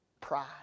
Pride